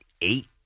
eight